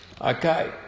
Okay